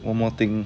one more thing